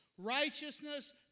Righteousness